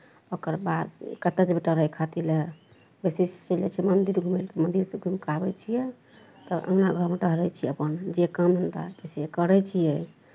ओकर बाद कतय जेबै टहलै खातिर लए बेसीसँ चलि जाइ छियै मन्दिर घूमय लए मन्दिरसँ घुमि कऽ आबै छियै तऽ अङ्गना घरमे टहलै छियै अपन जे काम धन्धा हेतै से करै छियै